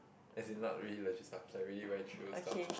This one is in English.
as in not really legit stuff is like really very chill stuff